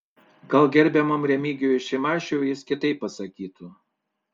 gal gerbiamam remigijui šimašiui jis kitaip pasakytų